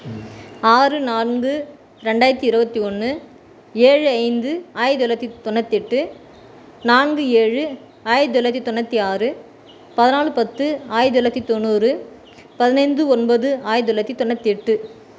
ஆறு நான்கு ரெண்டாயிரத்தி இருபத்தி ஒன்று ஏழு ஐந்து ஆயிரத்தி தொள்ளாயிரத்தி தொண்ணுற்றி எட்டு நான்கு ஏழு ஆயிரத்தி தொள்ளாயிரத்தி தொண்ணுற்றி ஆறு பதினாலு பத்து ஆயிரத்தி தொள்ளாயிரத்தி தொண்ணூறு பதினைந்து ஒன்பது ஆயிரத்தி தொள்ளாயிரத்தி தொண்ணுற்றி எட்டு